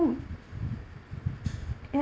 mm and